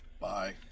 Bye